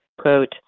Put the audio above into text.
quote